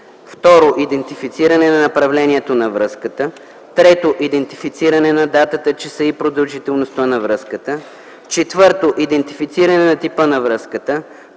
2. идентифициране на направлението на връзката; 3. идентифициране на датата, часа и продължителността на връзката; 4. идентифициране на типа на връзката;